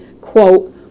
quote